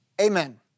Amen